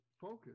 focus